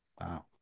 Wow